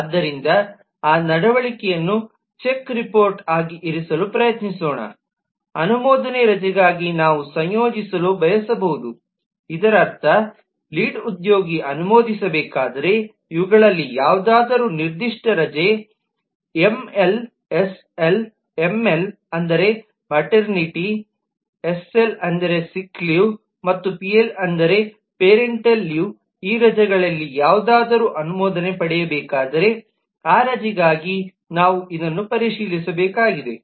ಆದ್ದರಿಂದ ಆ ನಡವಳಿಕೆಯನ್ನು ಚೆಕ್ ರಿಪೋರ್ಟ್ ಆಗಿ ಇರಿಸಲು ಪ್ರಯತ್ನಿಸೋಣ ಅನುಮೋದನೆ ರಜೆಗಾಗಿ ನಾವು ಸಂಯೋಜಿಸಲು ಬಯಸಬಹುದು ಇದರರ್ಥ ಲೀಡ್ ಉದ್ಯೋಗಿ ಅನುಮೋದಿಸಬೇಕಾದರೆ ಇವುಗಳಲ್ಲಿ ಯಾವುದಾದರೂ ನಿರ್ದಿಷ್ಟ ರಜೆ ಎಂಎಲ್ ಎಸ್ಎಲ್ ಎಂಎಲ್ ಅಂದರೆ ಮಾಟೆರ್ನಿಟಿ ಎಸ್ಎಲ್ ಅಂದರೆ ಸಿಕ್ ಲೀವ್ ಮತ್ತು ಪಿಎಲ್ ಅಂದರೆ ಪೇರೆಂಟಲ್ ಲೀವ್ ಈ ರಜೆಗಳಲ್ಲಿ ಯಾವುದಾದರೂ ಅನುಮೋದನೆ ಪಡೆಯಬೇಕಾದರೆ ಆ ರಜೆಗಳಿಗಾಗಿ ನಾವು ಇದನ್ನು ಪರಿಶೀಲಿಸಬೇಕಾಗಿದೆ